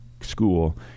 school